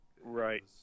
right